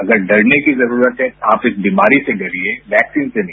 अगर डरने की जरूरत है आप इस बीमारी से डरिए वैक्सीन से नहीं